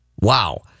Wow